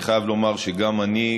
אני חייב לומר שגם אני,